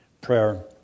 prayer